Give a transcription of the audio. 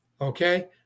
Okay